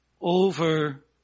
over